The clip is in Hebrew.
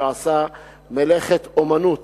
שעשה מלאכת אמנות